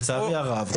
לצערי הרב,